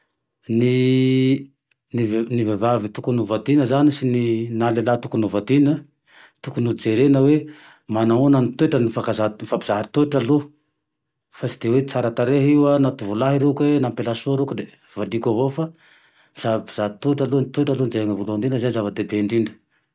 Ny ny vehivavy tokony ho vadiana zane sy ny, na lehilahy tokony ho vadina, tokony ho jerena oe manaona ny toetrany, mifankazaha, mifampizaha toetra aloha, fa tsy de hoe tsara tarehy io an, na tovolahy roke, na ampelasoa roke le valiko avao fa mizahamizaha toetra aloha, ny toetra aloha jerena voalohany indrindra, zay no zava-dehibe indrindra